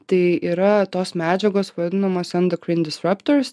tai yra tos medžiagos vadinamos endokrin disropturs